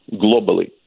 globally